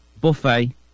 Buffet